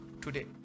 today